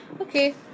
Okay